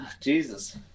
Jesus